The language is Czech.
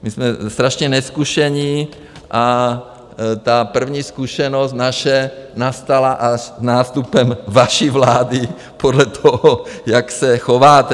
My jsme strašně nezkušení a ta první zkušenost naše nastala až s nástupem vaší vlády podle toho, jak se chováte.